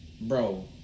bro